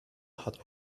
hat